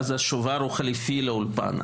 ואז השובר הוא חלופי לאולפן.